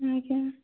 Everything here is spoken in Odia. ଆଜ୍ଞା